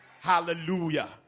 Hallelujah